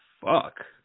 Fuck